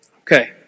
Okay